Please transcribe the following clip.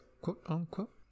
quote-unquote